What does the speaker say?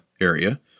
area